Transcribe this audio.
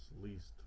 least